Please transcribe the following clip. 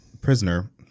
prisoner